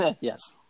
yes